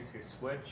Switch